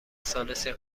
ثالثی